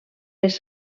les